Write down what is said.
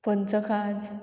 पंचखाज